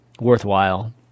worthwhile